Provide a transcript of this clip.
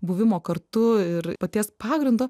buvimo kartu ir paties pagrindo